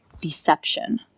deception